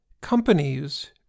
companies